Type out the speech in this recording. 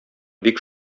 бик